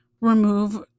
remove